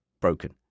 broken